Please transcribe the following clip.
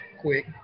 quick